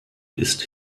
ist